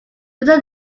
further